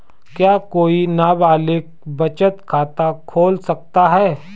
क्या कोई नाबालिग बचत खाता खोल सकता है?